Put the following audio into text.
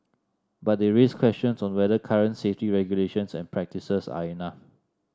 but they raise questions on whether current safety regulations and practices are enough